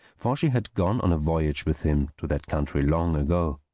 for she had gone on a voyage with him to that country long ago.